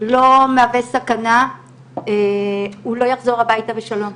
לא מהווה סכנה הוא לא יחזור הביתה בשלום.